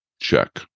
Check